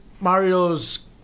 Mario's